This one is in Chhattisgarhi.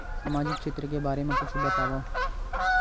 सामाजिक क्षेत्र के बारे मा कुछु बतावव?